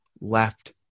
left